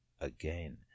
again